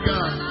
God